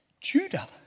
Judah